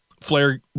Flair